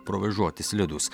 provėžoti slidūs